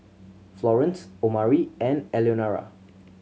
Florence Omari and Eleonora